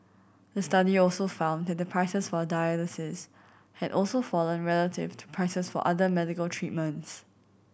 the study also found that the prices for dialysis had also fallen relative to prices for other medical treatments